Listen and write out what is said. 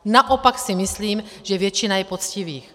Naopak si myslím, že většina je poctivých.